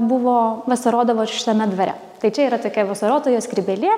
buvo vasarodavo ir šitame dvare tai čia yra tokia vasarotojo skrybėlė